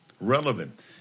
relevant